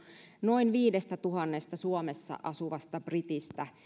noin viidestätuhannesta suomessa asuvasta britistä